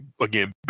again